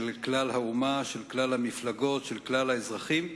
של כלל האומה, של כלל המפלגות, של כלל האזרחים.